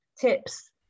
tips